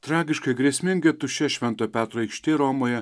tragiškai ir grėsmingai tuščia švento petro aikštė romoje